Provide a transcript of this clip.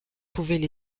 pouvaient